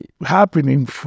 happening